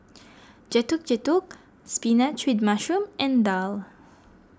Getuk Getuk Spinach with Mushroom and Daal